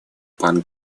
пан